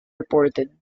reported